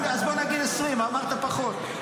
נגיד 20. אמרת "פחות".